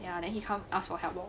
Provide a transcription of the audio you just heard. ya then he come ask for help lor